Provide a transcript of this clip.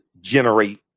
generate